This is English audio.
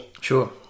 Sure